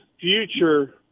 future